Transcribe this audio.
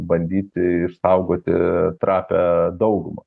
bandyti išsaugoti trapią daugumą